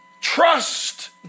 Trust